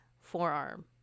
forearm